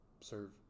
serve